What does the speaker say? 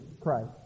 Christ